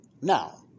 Now